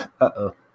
Uh-oh